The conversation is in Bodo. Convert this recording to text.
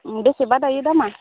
बेसेबा दायो दामा